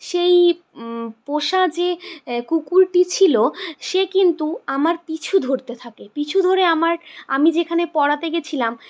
সেই পোষা যে কুকুরটি ছিল সে কিন্তু আমার পিছু ধরতে থাকে পিছু ধরে আমার আমি যেখানে পড়াতে গেছিলাম